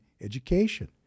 education